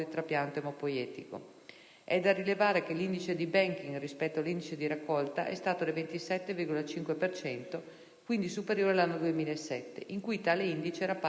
E' da rilevare che l'indice di *banking* rispetto all'indice di raccolta è stato del 27,5 per cento, quindi superiore all'anno 2007, in cui tale indice era pari al 24,2